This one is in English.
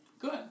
good